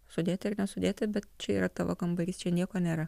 sudėti ir nesudėti bet čia yra tavo kambarys čia nieko nėra